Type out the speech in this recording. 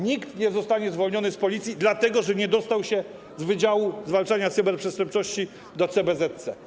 Nikt nie zostanie zwolniony z Policji, dlatego że nie dostał się z wydziału zwalczania cyberprzestępczości do CBZC.